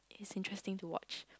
its interesting to watch